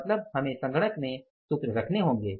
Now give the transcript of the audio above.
मतलब हमें कंप्यूटर में फॉर्मूले रखने होंगे